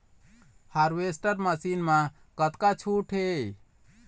Harvester machine मा कतका छूट हे?